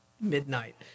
midnight